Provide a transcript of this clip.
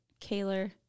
Kaylor